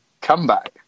comeback